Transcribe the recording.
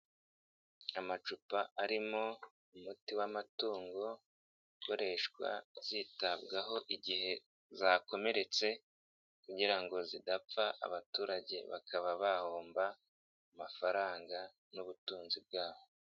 Amacupa arimo umuti w'amatungo, ukoreshwa zitabwaho igihe zakomeretse kugira ngo zidapfa abaturage bakaba bahomba amafaranga n'ubutunzi bwabo.